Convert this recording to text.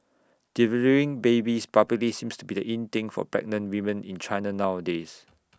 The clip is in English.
delivering babies publicly seems to be the in thing for pregnant women in China nowadays